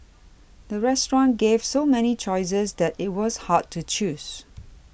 the restaurant gave so many choices that it was hard to choose